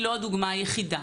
לא הדוגמה היחידה.